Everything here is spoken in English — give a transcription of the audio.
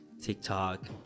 TikTok